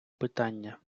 питання